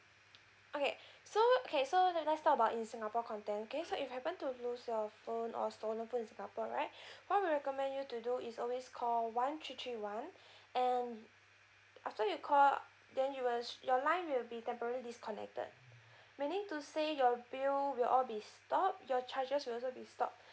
okay so okay so let~ let's talk about in singapore content okay so if you happen to lose your phone or stolen phone in singapore right what we'll recommend you to do is always call one three three one and after you call then you'll your line will temporary be disconnected meaning to say your bill will all be stop your charges will also be stop